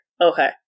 Okay